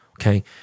okay